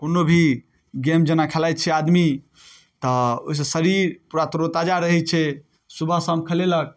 कोनो भी गेम जेना खेलाइ छै आमदनी तऽ ओइसँ शरीर पूरा तरोताजा रहै छै सुबह शाम खेलेलक